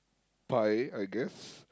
pie I guess